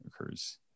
occurs